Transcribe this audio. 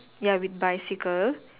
ya with bicycle